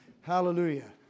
Hallelujah